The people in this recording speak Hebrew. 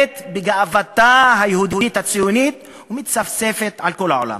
בגאוותה היהודית הציונית ומצפצפת על כל העולם.